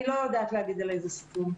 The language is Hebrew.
אני לא יודעת להגיד איזה סכום.